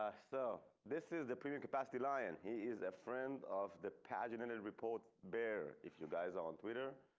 ah so this is the previous capacity lion. he is a friend of the paginated reports bear if you guys on twitter.